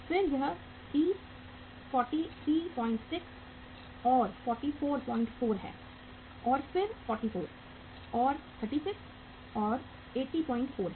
फिर यह 30 436 और 444 है और फिर 44 और 36 804 है